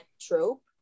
trope